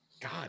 God